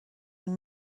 این